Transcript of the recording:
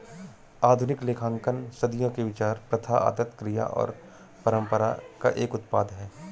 आधुनिक लेखांकन सदियों के विचार, प्रथा, आदत, क्रिया और परंपरा का एक उत्पाद है